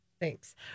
thanks